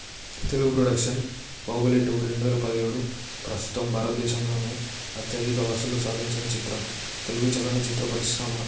Telugu production Baahubali two రెండు వేల పదిహేడు ప్రస్తుతం భారత దేశంలోనే అత్యధిక వసూలు సాధించిన చిత్రం తెలుగు చలనచిత్ర పరిశ్రమ